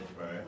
Right